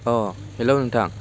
अ' hello नोंथां